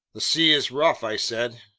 the sea is rough, i said.